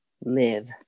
live